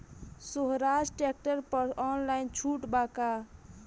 सोहराज tractor पर online छूट बा का?